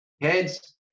Heads